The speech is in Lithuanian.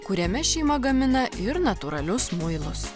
kuriame šeima gamina ir natūralius muilus